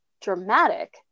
Dramatic